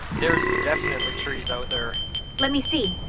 there's definitely trees out there let me see